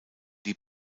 die